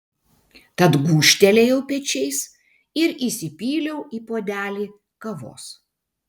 tad gūžtelėjau pečiais ir įsipyliau į puodelį kavos